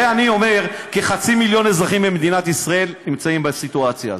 הרי אני אומר שחצי מיליון אזרחים במדינת ישראל נמצאים בסיטואציה הזאת.